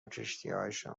کشتیهایشان